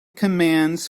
commands